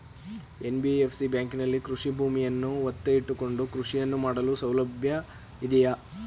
NBFC ಬ್ಯಾಂಕಿನಲ್ಲಿ ಕೃಷಿ ಭೂಮಿಯನ್ನು ಒತ್ತೆ ಇಟ್ಟುಕೊಂಡು ಕೃಷಿಯನ್ನು ಮಾಡಲು ಸಾಲಸೌಲಭ್ಯ ಇದೆಯಾ?